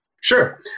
Sure